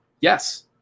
Yes